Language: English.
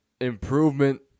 improvement